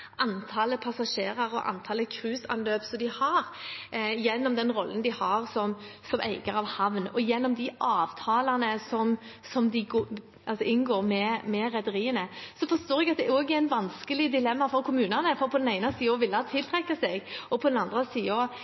antallet passasjerer og antallet cruiseanløp gjennom den rollen de har som eier av havn, og gjennom de avtalene de inngår med rederiene. Jeg forstår at det er et vanskelig dilemma for kommunene – på den ene siden å ville tiltrekke seg og på den andre